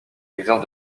exerce